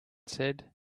said